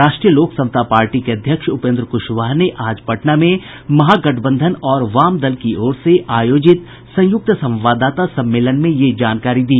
राष्ट्रीय लोक समता पार्टी के अध्यक्ष उपेंद्र कुशवाहा ने आज पटना में महागठबंधन और वाम दल की ओर से आयोजित संयुक्त संवाददाता सम्मेलन में ये जानकारी दी